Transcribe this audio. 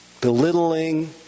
belittling